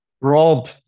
Rob